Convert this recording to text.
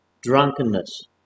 drunkenness